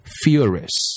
furious